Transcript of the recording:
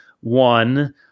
one